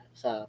sa